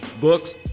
books